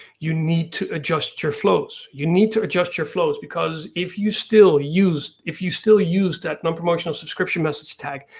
you need to adjust your flows. you need to adjust your flows, because if you still if you still use that non-promotional subscription message tag,